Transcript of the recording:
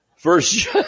First